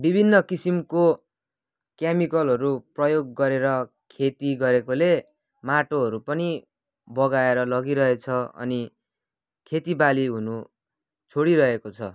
विभिन्न किसिमको केमिकलहरू प्रयोग गरेर खेती गरेकोले माटोहरू पनि बगाएर लगिरहेछ अनि खेतीबाली हुनु छोडिरहेको छ